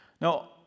Now